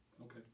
Okay